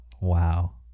Wow